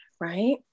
Right